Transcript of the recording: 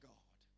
God